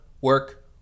work